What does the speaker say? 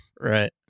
right